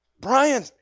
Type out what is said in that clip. Brian